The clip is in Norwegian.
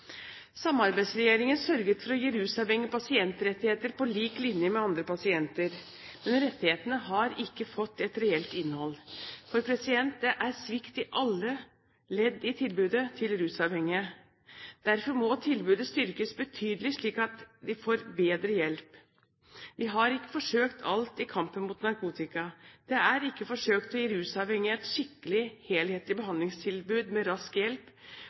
Samarbeidsregjeringen sørget for å gi rusavhengige pasientrettigheter på lik linje med andre pasienter, men rettighetene har ikke fått et reelt innhold, for det er svikt i alle ledd i tilbudet til rusavhengige. Derfor må tilbudet styrkes betydelig, slik at de får bedre hjelp. Vi har ikke forsøkt alt i kampen mot narkotika. Det er ikke forsøkt å gi rusavhengige et skikkelig, helhetlig behandlingstilbud med rask hjelp